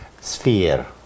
sphere